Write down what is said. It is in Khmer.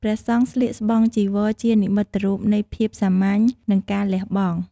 ព្រះសង្ឃស្លៀកស្បង់ចីវរជានិមិត្តរូបនៃភាពសាមញ្ញនិងការលះបង់។